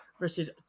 versus